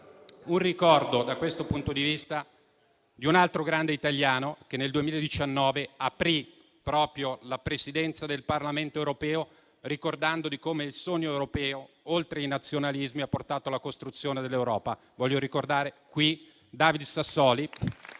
a ricordare, da questo punto di vista, un altro grande italiano, che nel 2019 aprì la Presidenza del Parlamento europeo, ricordando come il sogno europeo, oltre ai nazionalismi, abbia portato alla costruzione dell'Europa. Voglio ricordare qui David Sassoli